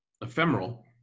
ephemeral